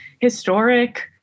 historic